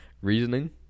Reasoning